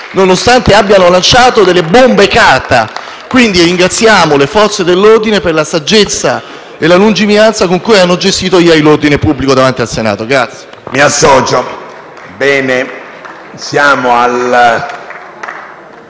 nonostante siano state lanciate delle bombe carta. Ringraziamo le Forze dell'ordine per la saggezza e la lungimiranza con cui hanno gestito ieri l'ordine pubblico davanti al Senato.